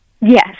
Yes